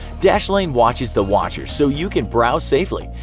dashlane watches the watchers so you can browse safely,